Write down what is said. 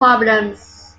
problems